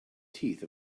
teeth